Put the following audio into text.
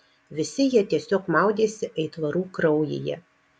visi jie tiesiog maudėsi aitvarų kraujyje